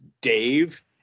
dave